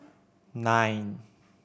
nine